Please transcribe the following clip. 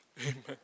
amen